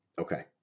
Okay